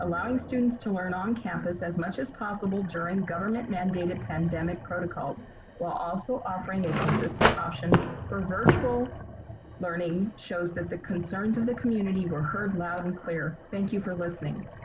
allowing students to learn on campus as much as possible during government mandated pandemic protocols while also offering a consistent option for virtual learning shows that the concerns of the community were heard loud and clear, thank you for listening.